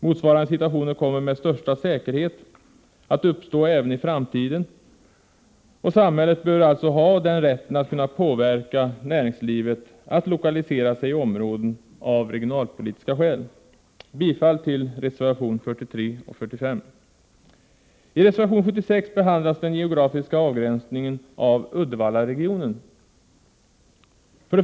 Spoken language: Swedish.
Motsvarande situationer kommer med största säkerhet att uppstå även i framtiden. Samhället bör alltså ha den rätten att kunna påverka näringslivet att lokalisera sig i områden av regionalpolitiska skäl. Jag yrkar bifall till reservationerna 43 och 45. I reservation 76 behandlas den geografiska avgränsningen av Uddevallaregionen.